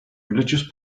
religious